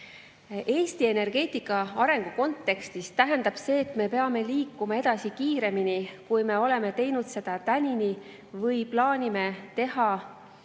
Eesti energeetika arengu kontekstis tähendab see, et me peame liikuma edasi kiiremini, kui me oleme teinud seda tänini või plaanisime teha kuni